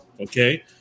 okay